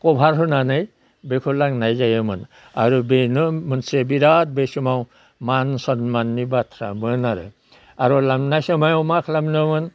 कभार होनानै बेखौ लांनाय जायोमोन आरो बेनो मोनसे बिराद बे समाव मान सनमाननि बाथ्रामोन आरो आरो लांनाय समायाव मा खालामनोमोन